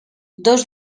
dos